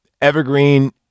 evergreen